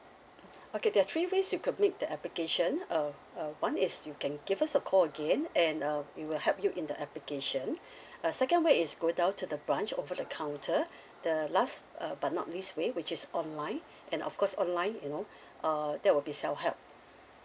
okay there are three ways you could make the application uh uh one is you can give us a call again and uh we will help you in the application a second way is go down to the branch over the counter the last uh but not least way which is online and of course online you know uh that will be self help